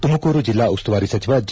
ತುಮಕೂರು ಜಿಲ್ಲಾ ಉಸ್ತುವಾರಿ ಸಚವ ಜೆ